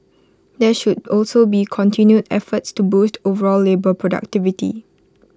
there should also be continued efforts to boost overall labour productivity